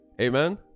Amen